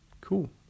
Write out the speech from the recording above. cool